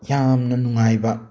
ꯌꯥꯝꯅ ꯅꯨꯡꯉꯥꯏꯕ